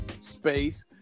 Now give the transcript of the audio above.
space